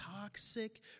toxic